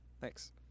Thanks